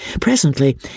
Presently